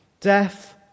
death